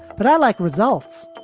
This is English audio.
but i like results.